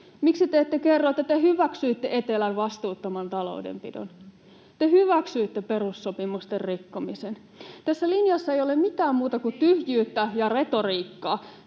Miksi te ette kerro, että te hyväksyitte etelän vastuuttoman taloudenpidon? Te hyväksyitte perussopimusten rikkomisen. Tässä linjassa ei ole mitään muuta kuin tyhjyyttä ja retoriikkaa